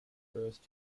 first